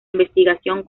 investigación